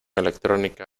electrónica